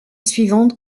suivante